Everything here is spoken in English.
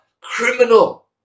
criminal